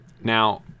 Now